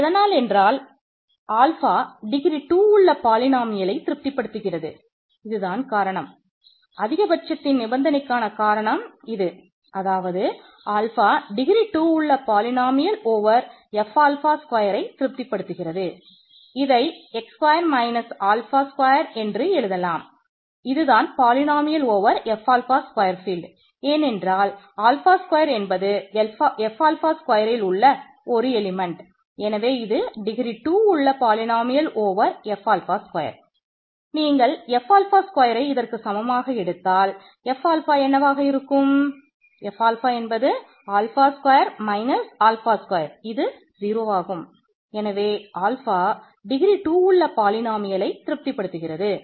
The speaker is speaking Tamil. இது எதனால் என்றால் ஆல்ஃபா திருப்தி படுத்துகிறது